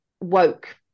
Woke